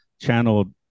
channeled